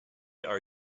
are